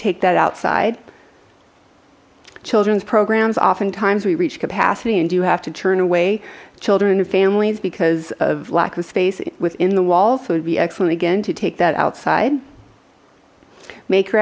take that outside children's programs often times we reach capacity and do have to turn away children and families because of lack of space within the wall so it would be excellent again to take that outside make